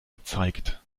gezeigt